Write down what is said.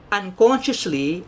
unconsciously